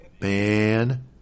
Man